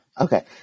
okay